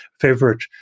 favorite